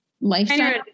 lifestyle